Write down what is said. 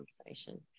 conversation